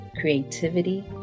creativity